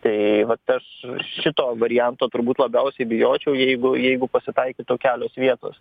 tai vat aš šito varianto turbūt labiausiai bijočiau jeigu jeigu pasitaikytų kelios vietos